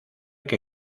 que